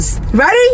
Ready